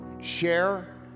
share